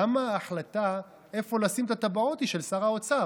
למה ההחלטה איפה לשים את הטבעות היא של שר האוצר?